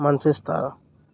Manchester